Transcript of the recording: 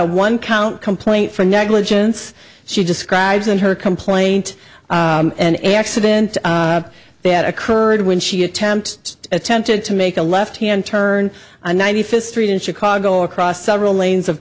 o one count complaint for negligence she describes in her complaint and accident that occurred when she attempted attempted to make a left hand turn on ninety fifth street in chicago across several lanes of